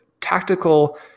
tactical